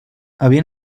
havia